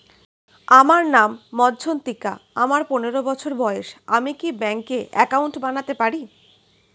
আমার নাম মজ্ঝন্তিকা, আমার পনেরো বছর বয়স, আমি কি ব্যঙ্কে একাউন্ট বানাতে পারি?